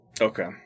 Okay